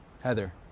Heather